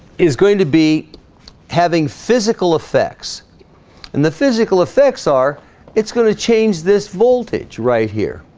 is going to be having physical effects and the physical effects are it's going to change this voltage right here